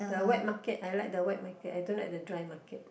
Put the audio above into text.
the wet market I like the wet market I don't like the dry market